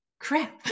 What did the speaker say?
crap